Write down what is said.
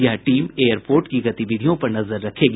यह team airport की गतिविधियों पर नजर रखेगी